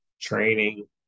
training